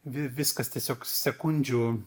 vi viskas tiesiog sekundžių